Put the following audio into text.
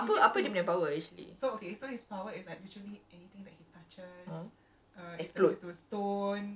but like why dia need to pakai okay sorry no no no apa dia punya power actually